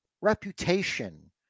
reputation